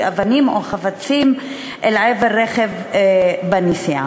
אבנים או חפצים אל עבר רכב בנסיעה.